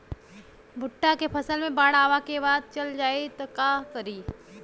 भुट्टा के फसल मे बाढ़ आवा के बाद चल जाई त का करी?